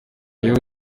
yewe